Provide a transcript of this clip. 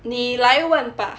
你来问吧